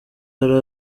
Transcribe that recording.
yari